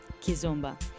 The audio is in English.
Kizomba